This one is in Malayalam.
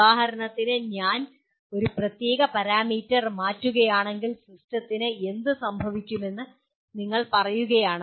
ഉദാഹരണത്തിന് ഞാൻ ഒരു പ്രത്യേക പാരാമീറ്റർ മാറ്റുകയാണെങ്കിൽ സിസ്റ്റത്തിന് എന്ത് സംഭവിക്കുമെന്ന് നിങ്ങൾ പറയുകയാണ്